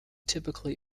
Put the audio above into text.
typically